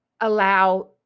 allow